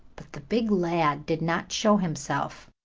but the big lad did not show himself.